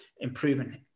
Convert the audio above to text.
improving